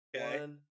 one